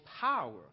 power